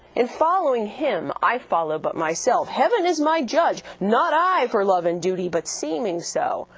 in following him, i follow but myself heaven is my judge, not i for love and duty, but seeming so,